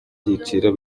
byiciro